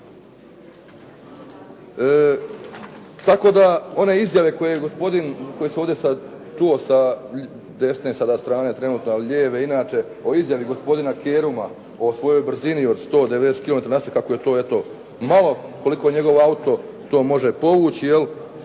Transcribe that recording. Tako da one izjave koje je gospodin, koje sam ovdje sad čuo sa desne sada strane trenutno, ali lijeve inače, o izjavi gospodina Keruma o svojoj brzini od 190 km/h kako je to eto malo koliko njegov auto to može povući. To